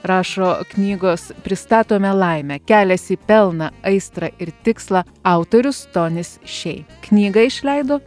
rašo knygos pristatome laimę kelias į pelną aistrą ir tikslą autorius tonis šei knygą išleido